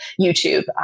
YouTube